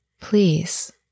please